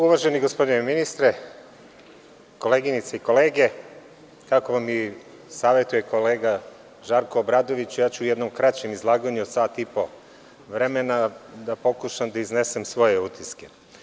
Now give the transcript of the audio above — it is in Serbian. Uvaženi gospodine ministre, koleginice i kolege, kako mi savetuje kolega Žarko Obradović, ja ću u jednom kraćem izlaganju od sat i po vremena pokušati da iznesem svoje utiske.